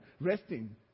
resting